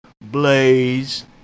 Blaze